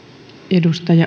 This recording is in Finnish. arvoisa